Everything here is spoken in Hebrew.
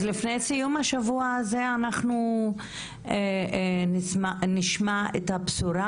אז לפני סיום השבוע הזה נשמע את הבשורה